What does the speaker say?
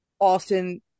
Austin